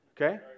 Okay